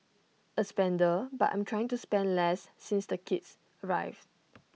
A spender but I'm trying to spend less since the kids arrived